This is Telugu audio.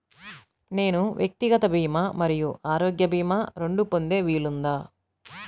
నేను వ్యక్తిగత భీమా మరియు ఆరోగ్య భీమా రెండు పొందే వీలుందా?